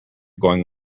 going